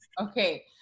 Okay